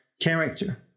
character